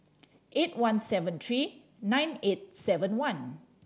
eight one seven three nine eight seven one